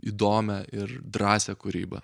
įdomią ir drąsią kūrybą